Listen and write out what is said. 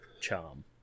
charm